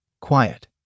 Quiet